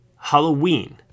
Halloween